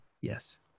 Yes